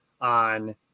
on